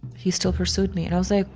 he still pursued me. and i was like,